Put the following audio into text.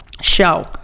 Show